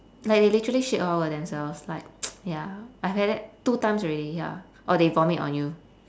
like they literally shit all over themselves like ya I've had that two times already ya or they vomit on you